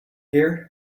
here